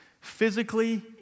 Physically